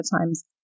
times